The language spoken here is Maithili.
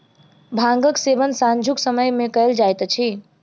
भांगक सेवन सांझुक समय मे कयल जाइत अछि